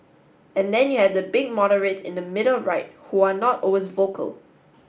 and then you have the big moderates in the middle right who are not always vocal